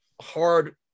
hard